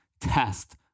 test